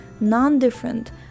non-different